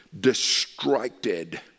distracted